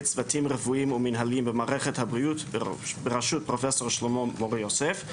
צוותים רפואיים ומנהליים במערכת הבריאות בראשות פרופ' שלמה מור-יוסף.